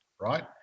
right